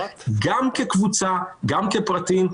גם כקבוצה וגם כפרטים,